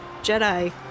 Jedi